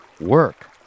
Work